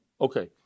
Okay